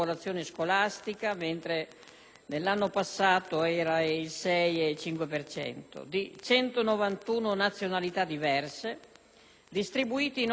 nell'anno passato era il 6,5 per cento), di 191 nazionalità diverse, distribuiti in ogni ordine e grado di scuola.